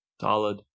Solid